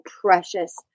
precious